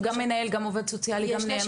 הוא גם מנהל, גם עובד סוציאלי, גם נאמן?